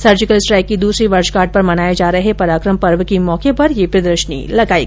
surgical strike की दूसरी वर्षगांठ पर मनाए जा रहे पराक्रम पर्व के मौके पर ये प्रदर्शनी लगायी गई थी